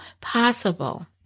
possible